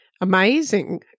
Amazing